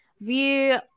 view